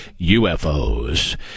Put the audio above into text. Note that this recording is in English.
ufos